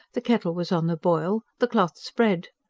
the kettle was on the boil, the cloth spread.